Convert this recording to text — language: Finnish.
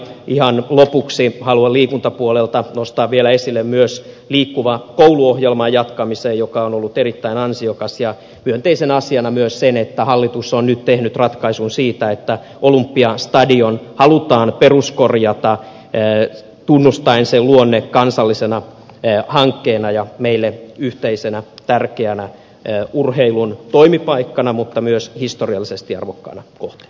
ihan lopuksi haluan liikuntapuolelta nostaa vielä esille myös liikkuva koulu ohjelman jatkamisen joka on ollut erittäin ansiokas ja myönteisenä asiana myös sen että hallitus on nyt tehnyt ratkaisun siitä että olympiastadion halutaan peruskorjata tunnustaen sen luonne kansallisena hankkeena ja meille yhteisenä tärkeänä urheilun toimipaikkana mutta myös historiallisesti arvokkaana kohteena